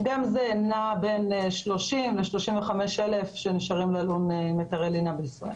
זה נע בין 30 ל-35 אלף יש להם היתרי לינה בישראל.